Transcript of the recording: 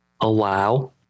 Allow